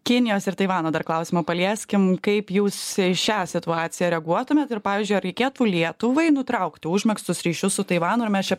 kinijos ir taivano dar klausimą palieskim kaip jūs į šią situaciją reaguotumėt ir pavyzdžiui ar reikėtų lietuvai nutraukti užmegztus ryšius su taivanu ir mes čia